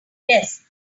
desk